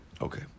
Okay